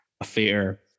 affair